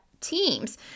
teams